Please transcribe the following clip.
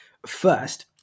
First